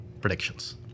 predictions